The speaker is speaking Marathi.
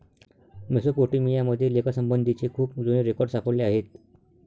मेसोपोटेमिया मध्ये लेखासंबंधीचे खूप जुने रेकॉर्ड सापडले आहेत